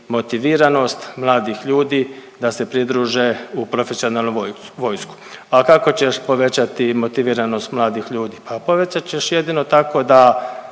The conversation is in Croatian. motiviranost mladih ljudi da se pridruže u profesionalnu vojsku. A kako ćeš povećati motiviranost mladih ljudi? Pa povećat ćeš jedino tako da